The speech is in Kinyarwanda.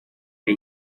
ari